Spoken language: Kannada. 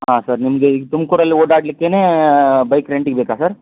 ಹಾಂ ಸರ್ ನಿಮಗೆ ಈಗ ತುಮ್ಕೂರಲ್ಲಿ ಓಡಾಡಲಿಕ್ಕೆಯೇ ಬೈಕ್ ರೆಂಟಿಗೆ ಬೇಕಾ ಸರ್